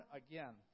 again